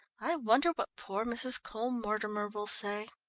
i wonder what poor mrs. cole-mortimer will say.